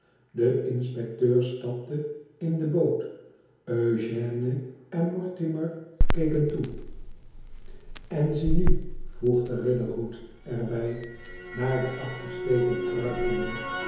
de inspecteur stapte in de boot eugène en mortimer keken toe en zie nu voegde riderhood er bij naar den achtersteven kruipende